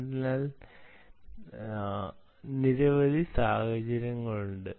അതിനാൽ നിരവധി സാഹചര്യങ്ങളുണ്ട്